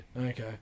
okay